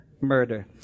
murder